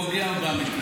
דמגוגיה או אמיתי?